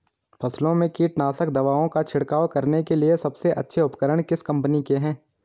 फसलों में कीटनाशक दवाओं का छिड़काव करने के लिए सबसे अच्छे उपकरण किस कंपनी के हैं?